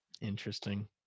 interesting